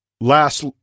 last